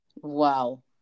wow